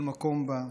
כל מקום בה.